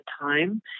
time